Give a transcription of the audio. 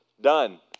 Done